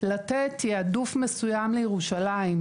לתת תיעדוף מסוים לירושלים,